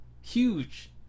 Huge